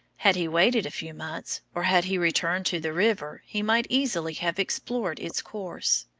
had he waited a few months, or had he returned to the river, he might easily have explored its course.